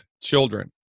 children